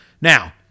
Now